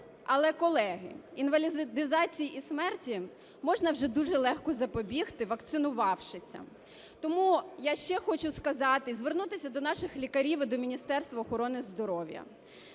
Але, колеги, інвалідизації і смерті можна вже дуже легко запобігти, вакцинувавшись. Тому я ще хочу сказати і звернутися до наших лікарів і до Міністерства охорони здоров'я.